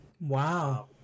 Wow